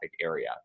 area